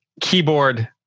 keyboard